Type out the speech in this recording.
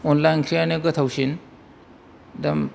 अनद्ला ओंख्रियानो गोथावसिन दा